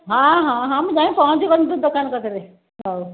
ହଁ ହଁ ହଁ ମୁଁ ଯାଇଁ ପହଞ୍ଚି ତୋ ଦୋକାନ ପାଖରେ ହଉ